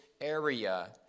area